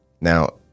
now